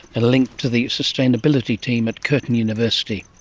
a link to the sustainability team at curtin university